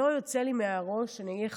אני אגיד לך,